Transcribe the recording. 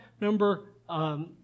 number